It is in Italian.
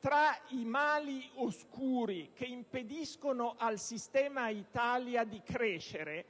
Tra i mali oscuri che impediscono al sistema Italia di crescere,